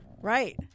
Right